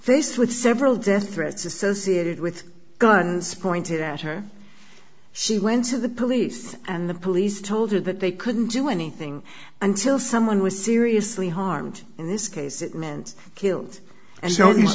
faced with several death threats associated with guns pointed at her she went to the police and the police told her that they couldn't do anything until someone was seriously harmed in this case it meant killed and